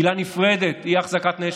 עילה נפרדת תהיה אחזקת נשק.